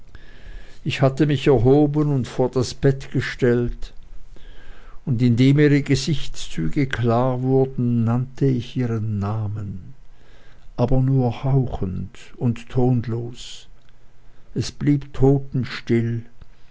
ich hatte mich erhoben und vor das bett gestellt und indem ihre gesichtszüge klar wurden nannte ich ihren namen aber nur hauchend und tonlos es blieb totenstill